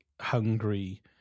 hungry